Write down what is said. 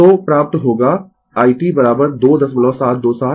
तो प्राप्त होगा i t 2727 फिर 4 2727 फिर e t 2215 इनटू t 4